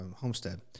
homestead